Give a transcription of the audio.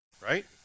right